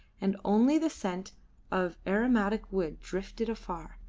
and only the scent of aromatic wood drifted afar,